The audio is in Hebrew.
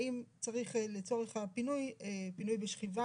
האם צריך לצורך הפינוי פינוי בשכיבה,